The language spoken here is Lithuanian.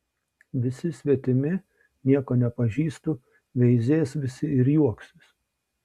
visi svetimi nieko nepažįstu veizės visi ir juoksis